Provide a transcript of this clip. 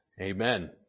Amen